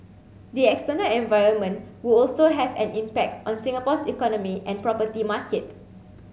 the external environment would also have an impact on Singapore's economy and property market